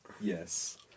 Yes